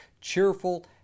cheerful